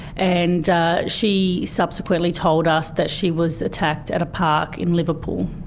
and she subsequently told us that she was attacked at a park in liverpool.